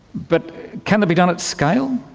but can it be done at scale?